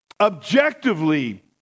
Objectively